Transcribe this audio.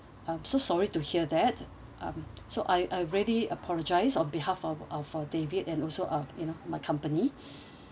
um so sorry to hear that um so I I ready apologize on behalf of uh for david and also uh you know my company